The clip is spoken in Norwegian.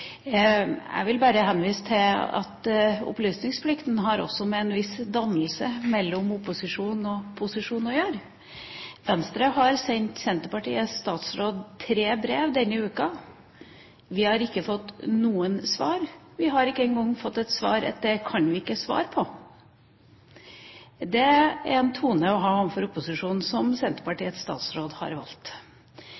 Jeg vil bare henvise til at opplysningsplikten også har med en viss dannelse i forholdet mellom opposisjonen og posisjonen å gjøre. Venstre har sendt Senterpartiets statsråd tre brev denne uka. Vi har ikke fått noen svar. Vi har ikke engang fått det svar at det kan vi ikke svare på. Det er en tone overfor opposisjonen som